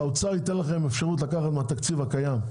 והאוצר ייתן לכם אפשרות לקחת מהתקציב הקיים.